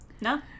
no